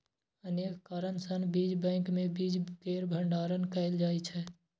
अनेक कारण सं बीज बैंक मे बीज केर भंडारण कैल जाइ छै